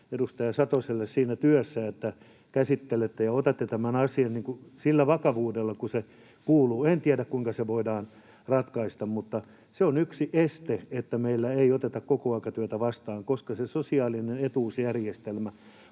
edustaja Satoselle siinä työssä, että käsittelette ja otatte tämän asian sillä vakavuudella, jolla se kuuluu. En tiedä, kuinka se voidaan ratkaista, mutta se on yksi este sille, että meillä otettaisiin kokoaikatyötä vastaan, että se sosiaalinen etuusjärjestelmä